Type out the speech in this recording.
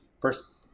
first